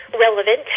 relevant